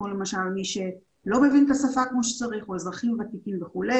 כמו למשל מי שלא מבין את השפה כמו שצריך או אזרחים ותיקים וכולי,